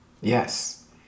Yes